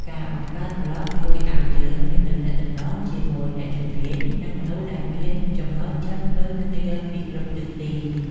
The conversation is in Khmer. ការបង្កើតប្លក់ជួយឱ្យយើងមានទំនាក់ទំនងជាមួយអ្នកជំនាញ និងមនុស្សដែលមានចំណូលចិត្តដូចគ្នាពីគ្រប់ទិសទី។